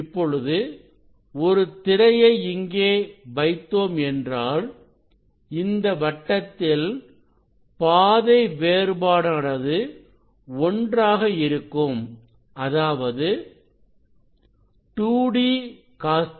இப்பொழுது ஒரு திரையை இங்கே வைத்தோம் என்றால் இந்த வட்டத்தில் பாதை வேறுபாடானது ஒன்றாக இருக்கும் அதாவது 2dcosƟ